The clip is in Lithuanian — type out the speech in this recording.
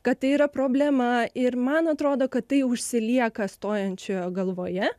kad tai yra problema ir man atrodo kad tai užsilieka stojančiojo galvoje